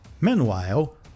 Meanwhile